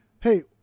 hey